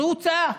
זאת הוצאה,